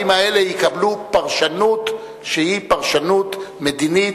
האלה יקבלו פרשנות שהיא פרשנות מדינית.